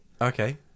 okay